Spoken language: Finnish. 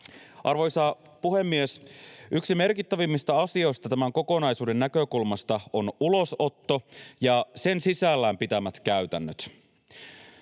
Arvoisa puhemies! Yksi merkittävimmistä asioista tämän kokonaisuuden näkökulmasta on ulosotto ja sen sisällään pitämät käytännöt.